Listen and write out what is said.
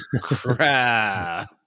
crap